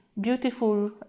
beautiful